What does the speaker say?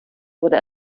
wurde